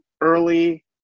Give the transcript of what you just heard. early